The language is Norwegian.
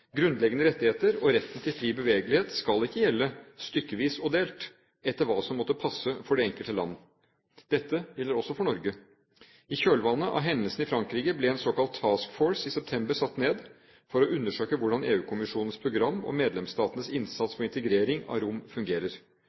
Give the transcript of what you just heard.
Grunnleggende rettigheter og retten til fri bevegelighet skal ikke gjelde stykkevis og delt – etter hva som måtte passe for det enkelte land. Dette gjelder også for Norge. I kjølvannet av hendelsene i Frankrike ble en såkalt «Task Force» satt ned i september for å undersøke hvordan EU-kommisjonens program og medlemsstatenes innsats for integrering av romene fungerer.